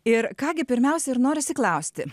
ir ką gi pirmiausia ir norisi klausti